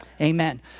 Amen